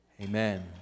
Amen